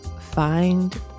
find